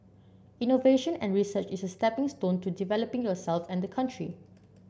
innovation and research is a stepping stone to developing yourself and the country